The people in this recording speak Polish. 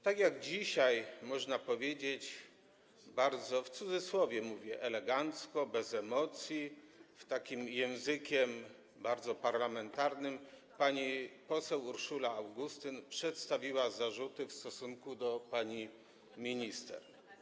Tak jak dzisiaj, można powiedzieć w cudzysłowie, bardzo elegancko, bez emocji, językiem bardzo parlamentarnym pani poseł Urszula Augustyn przedstawiła zarzuty w stosunku do pani minister.